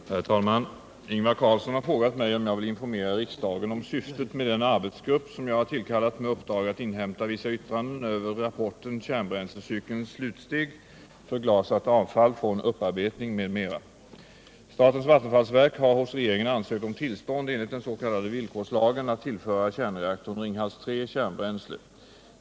Herr talman! Ingvar Carlsson har frågat mig om jag vill informera riksdagen om syftet med den arbetsgrupp som jag har tillkallat med uppdrag att inhämta vissa yttranden över rapporten Kärnbränslecykelns slutsteg, förglasat avfall från upparbetning m.m. Statens vattenfallsverk har hos regeringen ansökt om tillstånd enligt den s.k. villkorslagen att tillföra kärnreaktorn Ringhals 3 kärnbränsle.